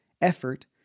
effort